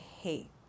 hate